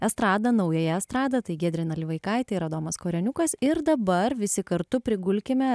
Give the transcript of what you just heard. estradą naująją estradą tai giedrė nalivaikaitė ir adomas koreniukas ir dabar visi kartu prigulkime